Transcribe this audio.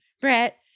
Brett